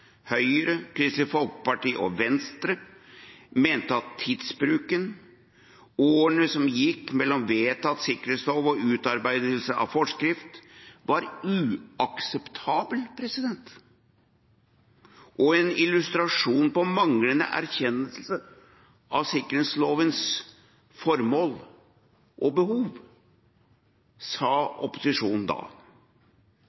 Høyre, Kristelig Folkeparti og Venstre mente at tidsbruken – årene som gikk mellom vedtatt sikkerhetslov og utarbeidelse av forskrift – var uakseptabel og en illustrasjon på manglende erkjennelse av sikkerhetslovens formål og behov. Det sa